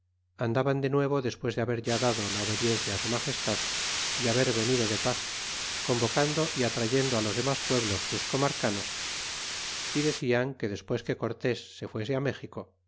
andaban de nuevo despues de haber ya dado la obediencia á su magestad y haber venido de paz convocando y atrayendo los demas pueblos sus comarcanos y decian que despues que cortés se fuese méxico